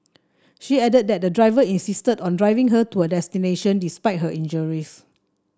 she added that the driver insisted on driving her to her destination despite her injuries